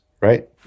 right